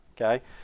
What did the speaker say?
okay